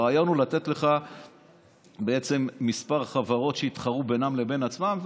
הרעיון הוא לתת לך בעצם כמה חברות שיתחרו בינן לבין עצמן,